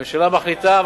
הממשלה מחליטה,